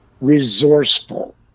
resourceful